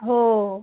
हो